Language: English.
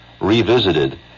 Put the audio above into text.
revisited